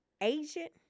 agent